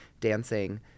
dancing